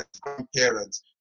grandparents